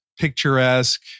picturesque